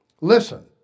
Listen